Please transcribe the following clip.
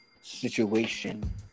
situation